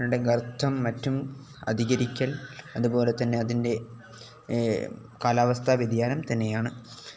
ടെ ഗർത്തം മറ്റും അധികരിക്കൽ അതുപോലെ തന്നെ അതിൻ്റെ കാലാവസ്ഥാ വ്യതിയാനം തന്നെയാണ്